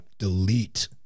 delete